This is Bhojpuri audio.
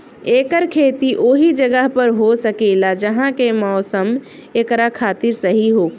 एकर खेती ओहि जगह पर हो सकेला जहा के मौसम एकरा खातिर सही होखे